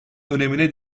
önemine